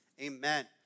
amen